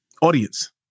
audience